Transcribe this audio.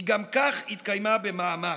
היא גם כך התקיימה במאמץ,